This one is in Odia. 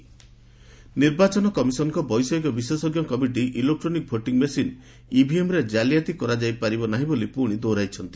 ଇସିଆଇ ନିର୍ବାଚନ କମିଶନଙ୍କ ବୈଷୟିକ ବିଶେଷଜ୍ଞ କମିଟି ଇଲେକ୍ଟ୍ରୋନିକ୍ ଭୋଟିଂ ମେସିନ୍ ଇଭିଏମ୍ରେ ଜାଲିଆତି କରାଯାଇ ପାରିବ ନାହିଁ ବୋଲି ପୁଣି ଦୋହରାଇଛନ୍ତି